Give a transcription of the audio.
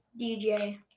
DJ